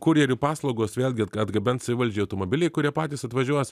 kurjerių paslaugos vėlgi atgabents savivaldžiai automobiliai kurie patys atvažiuos